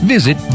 Visit